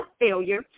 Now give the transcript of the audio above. failure